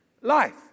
life